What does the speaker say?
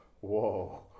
whoa